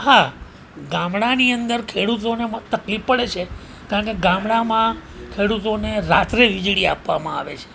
હા ગામડાની અંદર ખેડૂતોને તકલીફ પડે છે કારણ કે ગામડામાં ખેડુતોને રાત્રે વીજળી આપવામાં આવે છે